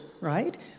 right